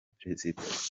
prezida